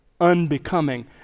unbecoming